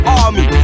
army